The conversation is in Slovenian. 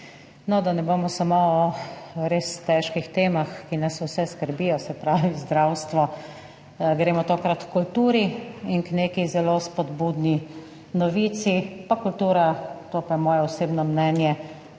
Da ne bomo samo o res težkih temah, ki nas vse skrbijo, se pravi zdravstvo, gremo tokrat h kulturi in k neki zelo spodbudni novici. Kultura, to pa je moje osebno mnenje,